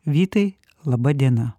vytai laba diena